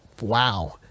wow